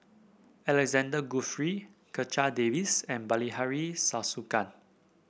Alexander Guthrie Checha Davies and Bilahari Kausikan